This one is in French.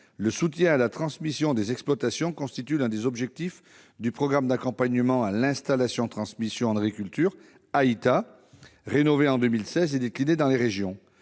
le soutien à la transmission des exploitations constitue l'un des objectifs du programme d'accompagnement à l'installation-transmission en agriculture, ou AITA, rénové en 2016 et décliné dans les régions.